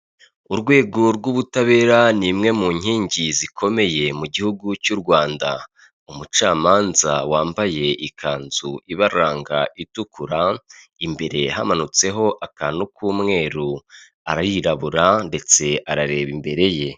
Urwego rw'ubutabera ni imwe mu nkingi zikomeye mu gihugu cy'u rwanda. Umucamanza wambaye ikanzu ibaranga itukura imbere yaha hamanutseho akantu k'umweru arirabura ndetse arareba imbere ye.